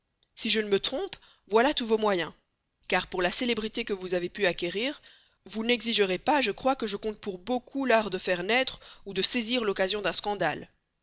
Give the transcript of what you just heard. si je ne me trompe voilà tous vos moyens car pour la célébrité que vous avez pu acquérir vous n'exigerez pas je crois que je compte pour beaucoup l'art de faire naître ou de saisir l'occasion d'un scandale